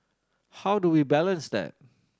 how do we balance that